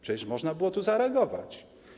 Przecież można było tu zareagować.